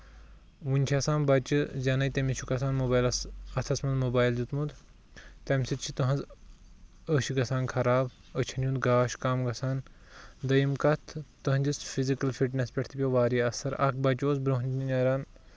وُنۍ چھُ آسان بَچہِ زینے تٔمِس چھُکھ آسان موبایلس اَتھس منٛز موبایل دیُتمُت تَمہِ سۭتۍ چھِ تُہنز أچھ گژھان خراب أچھن ہُند گاش کَم گژھان دٔیِم کَتھ تہندِس فِزِکل فِٹنیس پٮ۪ٹھ چھُ یِوان واریاہ اَثر اکھ بَچہِ اوس برونہہ زِ نیران